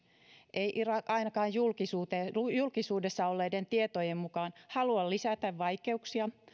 ei irak ainakaan julkisuudessa olleiden tietojen mukaan halua lisätä vaikeuksia